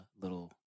little